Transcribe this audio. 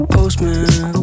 postman